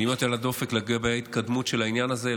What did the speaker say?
להיות עם היד על הדופק לגבי ההתקדמות של העניין הזה.